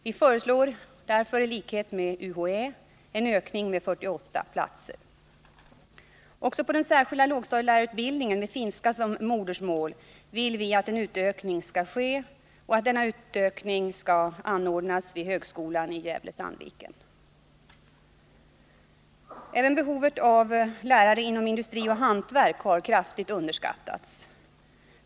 Vi föreslår därför i likhet med UHÄ en ökning med 48 platser. Också på den särskilda lågstadielärarutbildningen med finska som modersmål vill vi att en utökning skall ske och att denna utbildning skall anordnas vid högskolan i Gävle/Sandviken. Även behovet av lärare inom industri och hantverk har kraftigt underskattats.